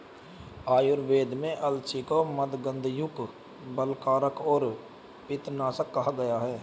आयुर्वेद में अलसी को मन्दगंधयुक्त, बलकारक और पित्तनाशक कहा गया है